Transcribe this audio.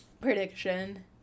prediction